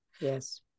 Yes